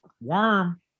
Worm